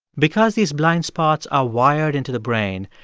because these blind spots are wired into the brain,